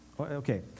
Okay